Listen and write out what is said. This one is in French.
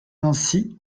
nancy